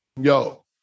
Yo